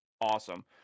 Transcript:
Awesome